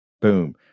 Boom